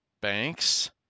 banks